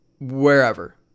Wherever